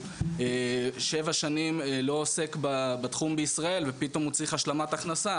הוא שבע שנים לא עוסק בתחום בישראל ופתאום הוא צריך השלמת הכנסה,